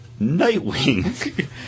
Nightwing